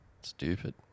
Stupid